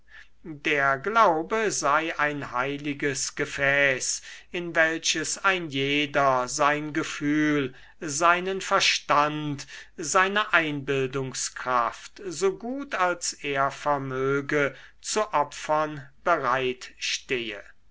der glaube sei ein heiliges gefäß in welches ein jeder sein gefühl seinen verstand seine einbildungskraft so gut als er vermöge zu opfern bereit stehe